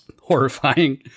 horrifying